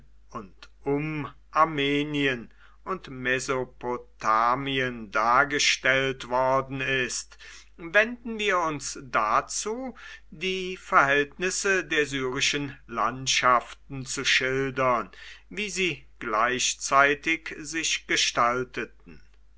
und um armenien und mesopotamien dargestellt worden ist wenden wir uns dazu die verhältnisse der syrischen landschaften zu schildern wie sie gleichzeitig sich gestalteten